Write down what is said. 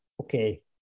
Okay